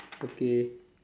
okay